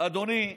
אדוני השר: